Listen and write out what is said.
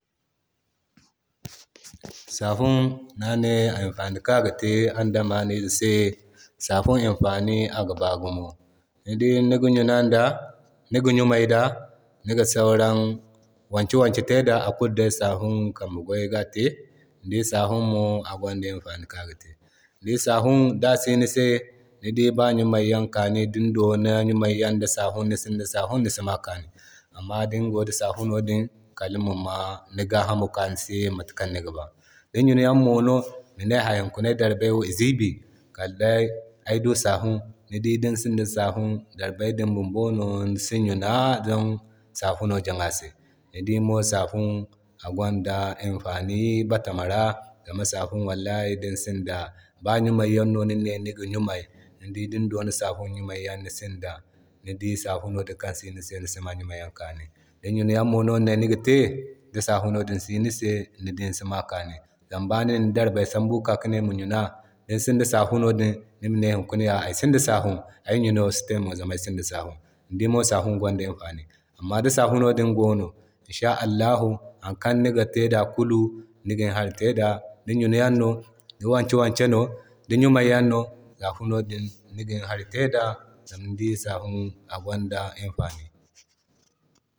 Sabun imfani kan aga te andameyze se. Safun imfani aga baa gumo, ni dii niga ɲuna da niga ɲumay da niga sauran wanke wanke te da akulu day safun kamba gwayo ga te. Ni dii safun mo agwanda imfani kan aga te. Ni dii safun da si ni se ba ŋumay yaŋ ka ni se di ni donin da sabufin din sinda safun kal nisima ɲumay yan kaani. Amma dingo de safuno din kal nima ma ni gahamo kaani a ka ni se matakan niga ba. Di ɲuniyan mo no mine ha hunkuna ay darbey zibi Kal day ay du safun. Ni dii din sinda safun darbayay din bumbo nisi ŋuna don safuno sino ni se. Ni dii mo safun agwanda imfani batama ra zama safun wallahi din sinda ba ŋumay yaŋ no nine nima te ni di din Doni safun ɲumay yaŋ ni sinda ni dii safuno din kan sini se nisima ɲumay yo kaani. Di ɲunayanmo no nine niga te di safuno din sino nise nisima ɲunayago din kaani. Zama ba ni nin darbaye sambu kika ki ne niga ɲuna din sinda safun din nima ne hunkuna wo ay sinda safun, ay ɲunayo no si duka te hunkuna zama ay sinda safun. Ni dii mo safun gwanda imfani, Amma di safuno din goono insha Allah har kulu kan niga te nigin hari te da. Di ɲuna yan no di wanke wanke no di ɲumay yaŋ no safuno din niŋin hari te da, zama ni dii safun agwanda imfani.